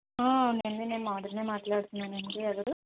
అవునండి నేను మాధురిని మాట్లాడుతున్నాను అండి ఎవరు